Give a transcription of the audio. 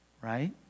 Right